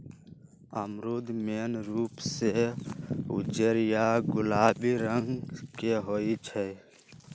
अमरूद मेन रूप से उज्जर या गुलाबी रंग के होई छई